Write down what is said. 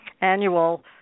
annual